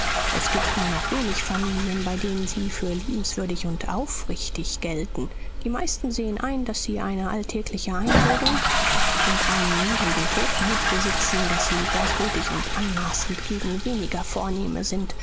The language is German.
es gibt nur noch wenig familien bei denen sie für liebenswürdig und aufrichtig gelten die meisten sehen ein daß sie eine alltägliche einbildung und einen niedrigen hochmut besitzen daß sie gleichgültig und anmaßend gegen weniger vornehme sind